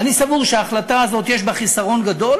אני סבור שההחלטה הזאת יש בה חיסרון גדול